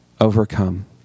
overcome